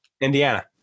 Indiana